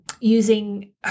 using –